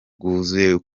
bwuzuye